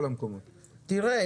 ל-40 אלף תושבים?